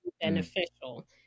beneficial